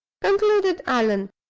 concluded allan,